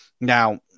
Now